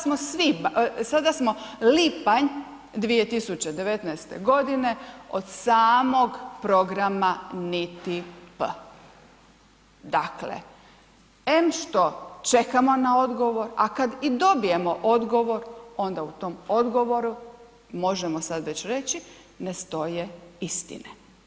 Sada smo lipanj 2019.g., od samog programa niti P, dakle em što čekamo na odgovor, a kad i dobijemo odgovor, onda u tom odgovoru možemo sad već reći, ne stoje istine.